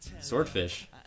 Swordfish